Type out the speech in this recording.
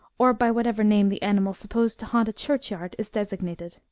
or by whatever name the animal supposed to haunt a churchyard is designated.